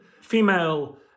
female